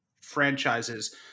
franchises